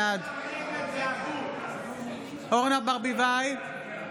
בעד אורנה ברביבאי,